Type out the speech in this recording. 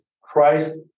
Christ